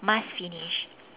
must finish